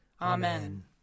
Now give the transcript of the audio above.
Amen